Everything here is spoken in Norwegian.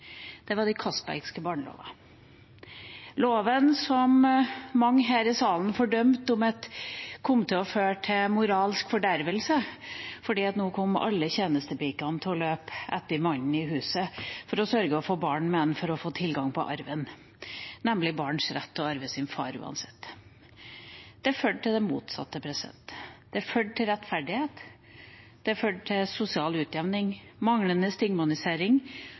Det var de Castbergske barnelovene, lovene som mange her i salen fordømte og mente kom til å føre til moralsk fordervelse fordi alle tjenestepikene nå kom til å løpe etter mannen i huset for å sørge for å få barn med ham for å få tilgang på arven, nemlig barns rett til å arve sin far uansett. De førte til det motsatte. De førte til rettferdighet, de førte til sosial utjevning og manglende stigmatisering,